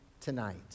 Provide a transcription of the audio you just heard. tonight